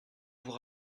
vous